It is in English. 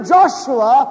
Joshua